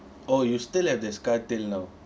oh you still have the scar till now